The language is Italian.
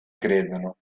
credono